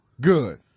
Good